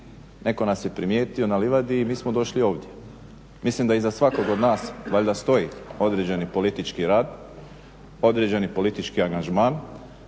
Netko nas je primjetio na livadi i mi smo došli ovdje. Mislim da iza svakog od nas valjda stoji određeni politički rad, određeni politički angažman,